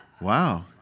wow